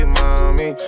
mommy